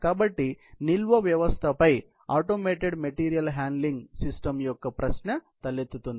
కాబట్టి నిల్వ వ్యవస్థపై ఆటోమేటెడ్ మెటీరియల్ హ్యాండ్లింగ్ యొక్క ప్రశ్న తలెత్తుతుంది